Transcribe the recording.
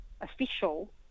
official